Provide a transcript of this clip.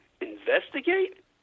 investigate